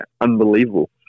unbelievable